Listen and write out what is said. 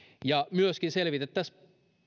ja myöskin selvitettäisiin